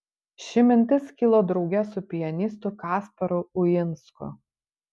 ši mintis kilo drauge su pianistu kasparu uinsku